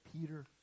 Peter